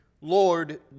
Lord